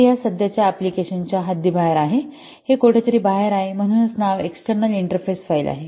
हे या सध्याच्या अँप्लिकेशन च्या हद्दीबाहेर आहे ते कोठेतरी बाहेर आहे म्हणूनच नाव एक्सटर्नल इंटरफेस फाइल आहे